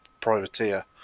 privateer